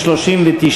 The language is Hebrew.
39,